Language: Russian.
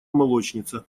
молочница